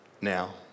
now